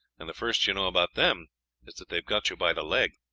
and the first you know about them is that they have got you by the leg.